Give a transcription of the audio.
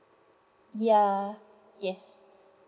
ya yes